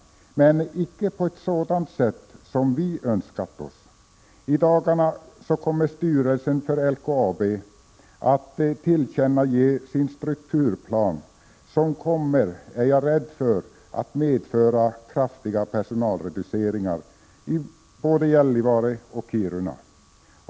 1986/87:128 men icke på ett sådant sätt som vi önskat oss. I dagarna kommer styrelsen för LKAB att tillkännage sin strukturplan. Den kommer, är jag rädd för, att medföra kraftiga personalreduceringar i både Gällivare och Kiruna.